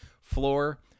floor